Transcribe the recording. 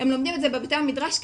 הם לומדים את זה בבתי המדרש.